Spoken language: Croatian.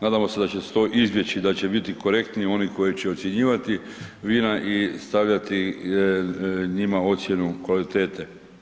Nadamo se da će se to izbjeći i da će biti korektniji oni koji će ocjenjivati vina i stavljati njima ocjenu kvalitete.